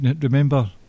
Remember